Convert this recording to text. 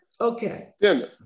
Okay